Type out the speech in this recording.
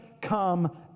come